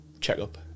checkup